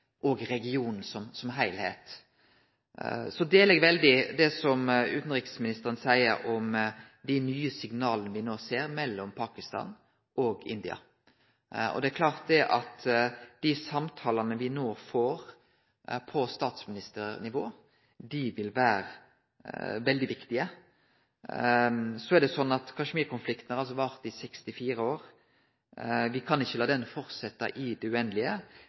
og India. Det er klart at dei samtalane ein no får på statsministernivå, vil vere veldig viktige. Kashmir-konflikten har vart i 64 år. Me kan ikkje la den halde fram i det uendelege,